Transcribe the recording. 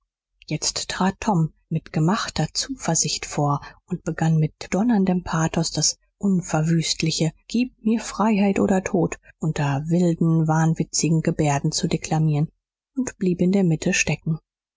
jetzt trat tom mit gemachter zuversicht vor und begann mit donnerndem pathos das unverwüstliche gib mir freiheit oder tod unter wilden wahnwitzigen gebärden zu deklamieren und blieb in der mitte stecken